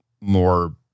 more